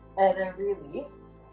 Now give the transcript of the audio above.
then release.